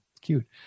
cute